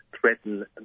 threaten